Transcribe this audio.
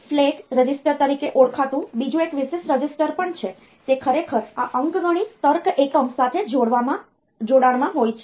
flag register તરીકે ઓળખાતું બીજું એક વિશેષ રજિસ્ટર પણ છે તે ખરેખર આ અંકગણિત તર્ક એકમ સાથે જોડાણમાં હોય છે